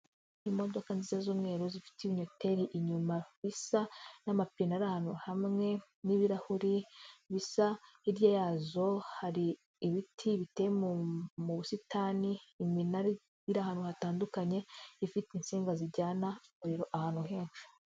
Imodoka nziza z'umweru zifite ibinyoteri inyuma isa n'amapina ari ahantu hamwe n'ibirahuri bisa, hirya yazo hari ibiti biteye mu busitani iminara iri ahantu hatandukanye ifite insinga zijyana umuriro ahantu henshi.